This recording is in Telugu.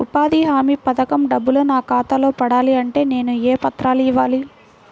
ఉపాధి హామీ పథకం డబ్బులు నా ఖాతాలో పడాలి అంటే నేను ఏ పత్రాలు ఇవ్వాలి?